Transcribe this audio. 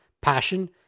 passion